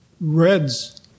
reds